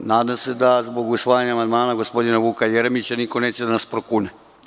Nadam se da zbog usvajanja amandman gospodina Vuka Jeremića niko neće da nas prokune.